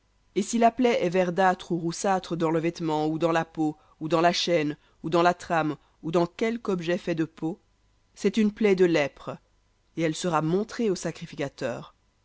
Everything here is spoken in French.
et si la plaie est verdâtre ou roussâtre dans le vêtement ou dans la peau ou dans la chaîne ou dans la trame ou dans quelque objet de peau c'est une plaie de lèpre et elle sera montrée au sacrificateur